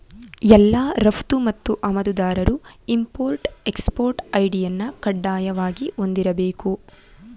ಎಲ್ಲಾ ರಫ್ತು ಮತ್ತು ಆಮದುದಾರರು ಇಂಪೊರ್ಟ್ ಎಕ್ಸ್ಪೊರ್ಟ್ ಐ.ಡಿ ಅನ್ನು ಕಡ್ಡಾಯವಾಗಿ ಹೊಂದಿರಬೇಕು